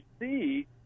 see